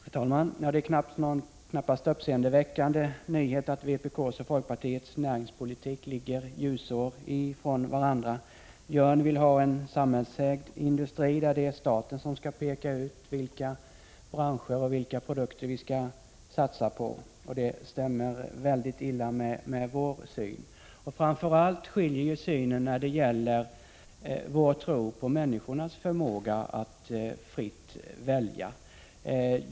Herr talman! Det är knappast någon uppseendeväckande nyhet att vpk:s och folkpartiets näringspolitik ligger ljusår från varandra. Jörn Svensson vill ha en samhällsägd industri, där staten skall peka ut vilka branscher och vilka produkter vi skall satsa på, och det stämmer väldigt illa med vår syn. Framför allt skiljer sig synen när det gäller vår tro på människornas förmåga att fritt välja.